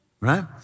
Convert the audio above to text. right